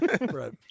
Right